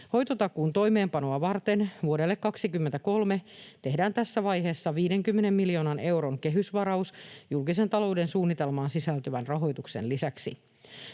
Hoitotakuun toimeenpanoa varten vuodelle 23 tehdään tässä vaiheessa 50 miljoonan euron kehysvaraus julkisen talouden suunnitelmaan sisältyvän rahoituksen lisäksi.